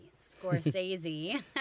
Scorsese